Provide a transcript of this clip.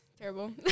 terrible